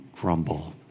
grumble